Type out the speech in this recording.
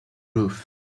roof